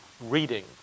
reading